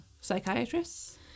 psychiatrists